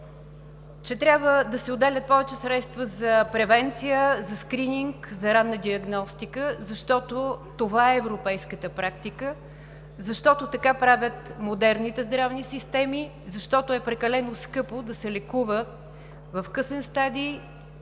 че трябва да се отделят повече средства за превенция, скрининг, ранна диагностика, защото това е европейската практика, защото така правят модерните здравни системи, защото е прекалено скъпо да се лекуват в късен стадий